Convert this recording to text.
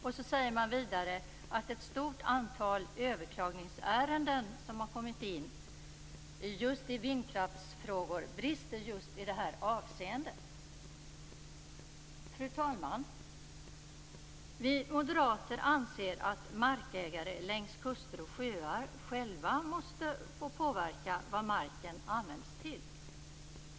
Man säger vidare att ett stort antal överklagningsärenden som har kommit in och som gäller vindkraftsfrågor brister i just detta avseende. Fru talman! Vi moderater anser att markägare längs kuster och sjöar själva måste få påverka vad marken används till.